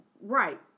right